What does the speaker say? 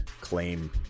claim